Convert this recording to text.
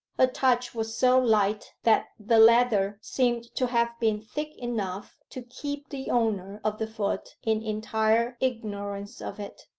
her touch was so light that the leather seemed to have been thick enough to keep the owner of the foot in entire ignorance of it,